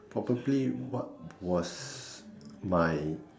probably what was my